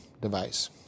device